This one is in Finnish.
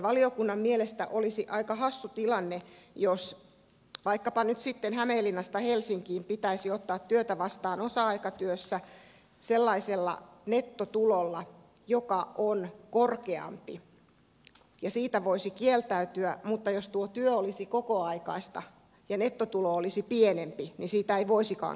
valiokunnan mielestä olisi aika hassu tilanne jos vaikkapa nyt sitten hämeenlinnasta helsinkiin pitäisi ottaa työtä vastaan osa aikatyössä sellaisella nettotulolla joka on korkeampi ja siitä voisi kieltäytyä mutta jos tuo työ olisi kokoaikaista ja nettotulo olisi pienempi niin siitä ei voisikaan kieltäytyä